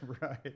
Right